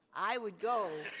i would go.